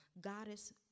goddess